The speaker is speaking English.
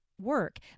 work